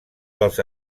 dels